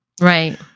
Right